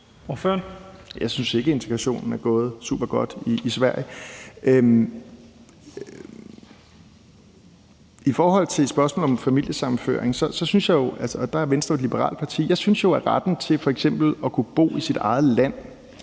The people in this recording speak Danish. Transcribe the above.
Jeg synes ikke, at integrationen er gået supergodt i Sverige. I forhold til spørgsmålet om familiesammenføring – og der er Venstre jo et liberalt parti – synes jeg, at retten til f.eks. at kunne bo i sit eget land